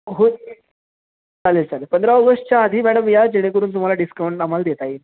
हो चालेल चालेल पंधरा ऑगस्टच्या आधी मॅडम या जेणेकरून तुम्हाला डिस्काउंट आम्हाला देता येईल